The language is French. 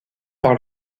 par